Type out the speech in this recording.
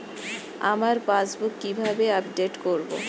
আমার পাসবুক কিভাবে আপডেট করবো?